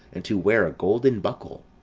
and to wear a golden buckle